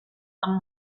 amb